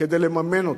כדי לממן אותן.